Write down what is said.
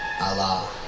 Allah